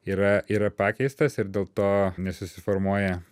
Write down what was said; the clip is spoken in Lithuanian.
yra yra pakeistas ir dėl to nesusiformuoja